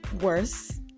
worse